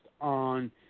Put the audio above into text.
on